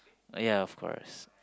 uh ya of course